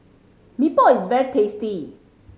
Mee Pok is very tasty